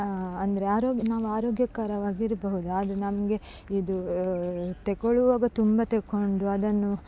ಅಂದರೆ ಆರೋಗ್ಯ ನಾವು ಆರೋಗ್ಯಕರವಾಗಿರಬಹುದು ಆದರೆ ನಮಗೆ ಇದು ತೆಗೊಳ್ಳುವಾಗ ತುಂಬ ತೆಗೊಂಡು ಅದನ್ನು